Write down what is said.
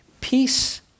peace